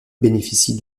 bénéficie